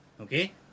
Okay